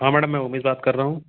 हाँ मैडम मैं उमेश बात कर रहा हूँ